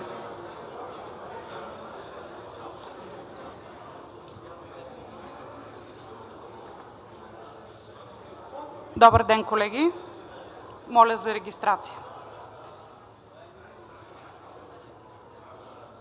Добър ден, колеги! Моля за регистрация.